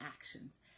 actions